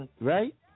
Right